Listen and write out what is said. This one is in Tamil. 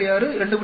6 2